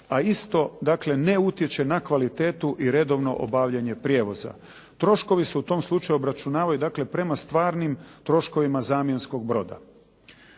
A isto ne utječe na kvalitetu i redovno obavljanje prijevoza. Troškovi se u tom slučaju obračunavaju prema stvarnim troškovima zamjenskog broda.